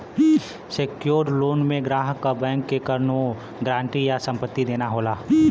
secured loan में ग्राहक क बैंक के कउनो गारंटी या संपत्ति देना होला